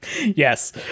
yes